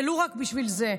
ולו רק בשביל זה.